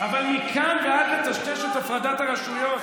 אבל מכאן ועד לטשטש את הפרדת הרשויות,